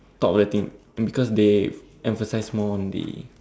top of that thing because they emphasized more on the